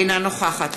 אינה נוכחת